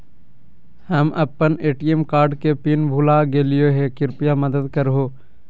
हम अप्पन ATM card के पिन भुला गेलिओ हे कृपया मदद कर हो